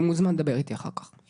הוא מוזמן לדבר איתי אחר כך.